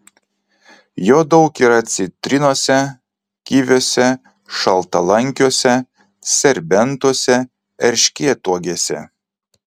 jo daug yra citrinose kiviuose šaltalankiuose serbentuose erškėtuogėse